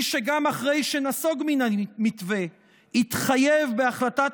מי שגם אחרי שנסוג מן המתווה התחייב בהחלטת